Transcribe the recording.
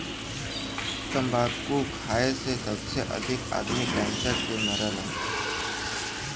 तम्बाकू खाए से सबसे अधिक आदमी कैंसर से मरला